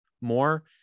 more